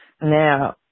Now